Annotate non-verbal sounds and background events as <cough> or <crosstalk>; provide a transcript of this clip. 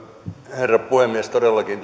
herra puhemies todellakin <unintelligible>